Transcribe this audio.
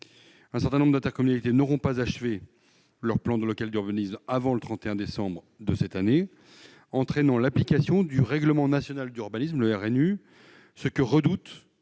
Un certain nombre d'intercommunalités n'auront pas achevé leur plan local d'urbanisme avant le 31 décembre 2019, entraînant l'application du règlement national d'urbanisme, le RNU, ce que redoutent